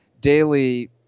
daily